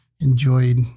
enjoyed